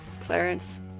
Clarence